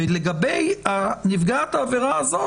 לגבי נפגעת העבירה הזאת,